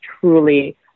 truly